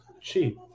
cheap